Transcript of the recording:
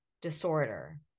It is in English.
disorder